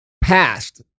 past